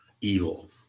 evil